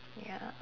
ya